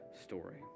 story